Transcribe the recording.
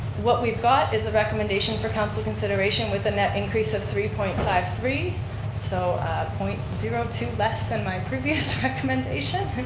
what we've got is a recommendation for council consideration within that increase of three point five three so point zero two less than my previous recommendation.